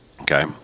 okay